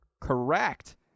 Correct